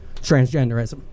transgenderism